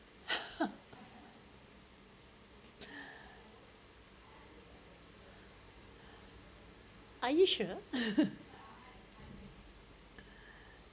are you sure